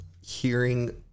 hearing